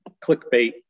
clickbait